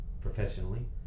professionally